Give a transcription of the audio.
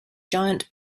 giant